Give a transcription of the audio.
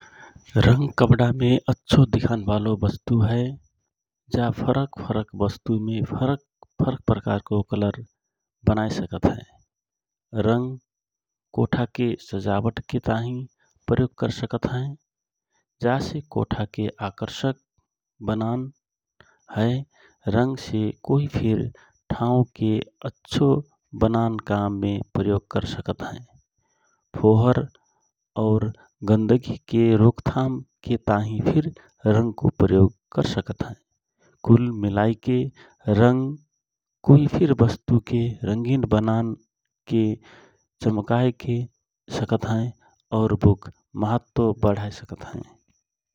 रंग कपडाके अच्छो दिखानबालो बस्तु हए जा फरक फरक बस्तुमे फरक प्रकारको कलर बनए सकत हए । रंग कोठाके सजावट के ताँहि प्रयोग कर सकत हए । जा से कोठाके अकर्षक बनात हए रंग से कोइ फिर ठाँउके अच्छो बनान काम मे प्रयोग कर सकत हए । फोहर अउर गन्दगि के रोकथाम के ताँहि फिर रंगके प्रयोग कर सकत हए । कुल मिलाएके रंग कोइ फिर बस्तु के रंगिन बनाए के चमकाए सकत हए। अउर बुक महत्व वढाए सकत हए ।